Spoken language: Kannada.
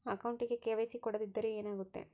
ಅಕೌಂಟಗೆ ಕೆ.ವೈ.ಸಿ ಕೊಡದಿದ್ದರೆ ಏನಾಗುತ್ತೆ?